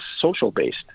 social-based